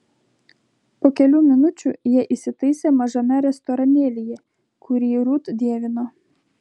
po kelių minučių jie įsitaisė mažame restoranėlyje kurį rut dievino